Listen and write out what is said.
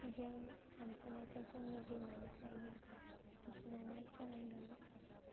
जों सानस्रिनायखौ जोंनि दैमानिफ्रायनो सानस्रिनानै सोलोंदों